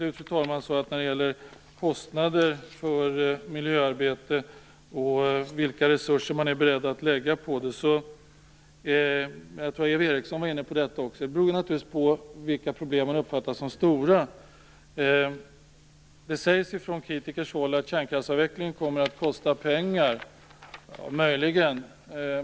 Eva Eriksson var inne på kostnaderna för miljöarbetet och vilka resurser man är beredd att lägga på det. Det beror naturligtvis på vilka problem man uppfattar som stora. Från kritikernas hålls sägs att kärnkraftsavvecklingen kommer att kosta pengar. Möjligen.